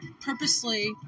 purposely